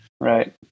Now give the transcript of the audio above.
Right